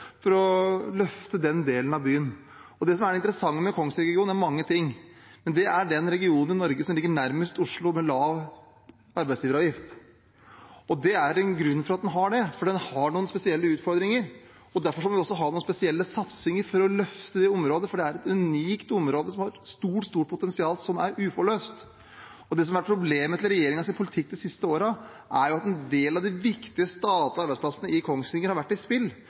for å løfte den delen av byen. Det som er det interessante med Kongsvinger-regionen – det er mange ting – er at det er den regionen i Norge som ligger nærmest Oslo med lav arbeidsgiveravgift. Det er en grunn til at den har det. Den har noen spesielle utfordringer. Derfor må vi ha noen spesielle satsinger for å løfte det området, for det er et unikt område med et stort potensial som er uforløst. Det som har vært problemet med regjeringens politikk de siste årene, er at en del av de viktige statlige arbeidsplassene i Kongsvinger har vært i spill,